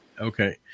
okay